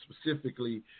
specifically